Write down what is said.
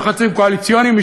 לחצים קואליציוניים.